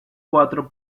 cuatro